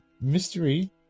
mystery